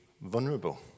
vulnerable